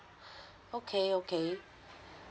okay okay